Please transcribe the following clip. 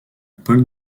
paul